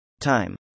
Time